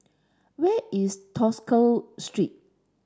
where is Tosca Street